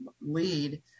lead